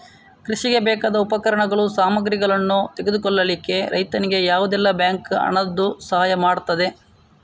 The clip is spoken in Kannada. ಕೃಷಿಗೆ ಬೇಕಾದ ಉಪಕರಣಗಳು, ಸಾಮಗ್ರಿಗಳನ್ನು ತೆಗೆದುಕೊಳ್ಳಿಕ್ಕೆ ರೈತನಿಗೆ ಯಾವುದೆಲ್ಲ ಬ್ಯಾಂಕ್ ಹಣದ್ದು ಸಹಾಯ ಮಾಡ್ತದೆ?